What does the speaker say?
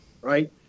right